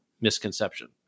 misconception